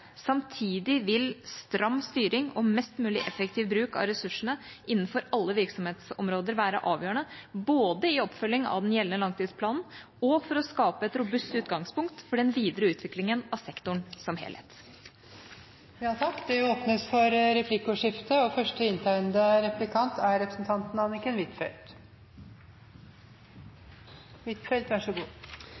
samtidig vil stram styring og mest mulig effektiv bruk av ressursene innenfor alle virksomhetsområder være avgjørende både i oppfølging av den gjeldende langtidsplanen og for å skape et robust utgangspunkt for den videre utviklingen av sektoren som helhet. Det blir replikkordskifte. Jeg vil takke forsvarsministeren for